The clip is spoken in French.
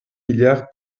milliards